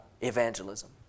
evangelism